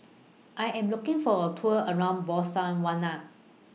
I Am looking For A Tour around Botswana